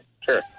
Sure